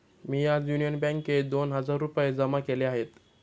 मी आज युनियन बँकेत दोन हजार रुपये जमा केले आहेत